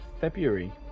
February